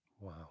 Wow